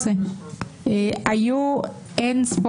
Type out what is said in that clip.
היה ב-2013